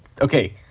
okay